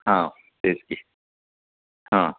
हा तेच की हां